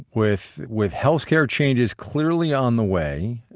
with with health care changes clearly on the way,